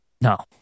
No